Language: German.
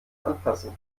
anpassen